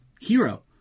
hero